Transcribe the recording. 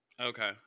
Okay